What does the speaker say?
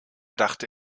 dachte